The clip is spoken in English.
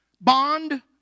bond